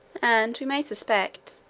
and we may suspect,